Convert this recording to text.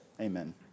Amen